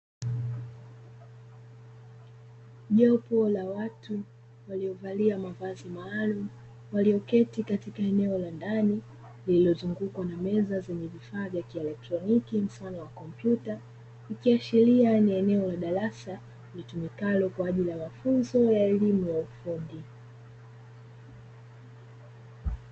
Jopo la watu waliovalia mavazi maalumu walioketi katika eneo la ndani lililozungukwa na meza zenye vifaa vya kieletroniki mfano wa kompyuta, ikiashiria kuwa ni eneo la darasa litumikalo kwa ajili ya mafunzo ya elimu ya ufundi.